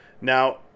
now